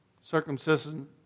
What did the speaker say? Circumcision